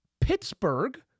Pittsburgh